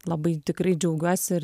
labai tikrai džiaugiuosi ir